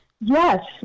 Yes